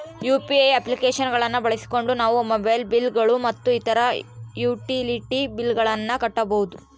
UPI application ಗಳನ್ನ ಬಳಸಿಕೊಂಡು ನಾವು ಮೊಬೈಲ್ ಬಿಲ್ ಗಳು ಮತ್ತು ಇತರ ಯುಟಿಲಿಟಿ ಬಿಲ್ ಗಳನ್ನ ಕಟ್ಟಬಹುದು